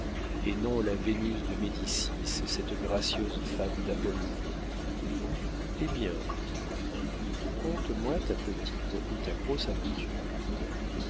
et non la vénus de médicis cette gracieuse femme d'apollon hé bien mon enfant conte-moi ta petite ou ta grosse aventure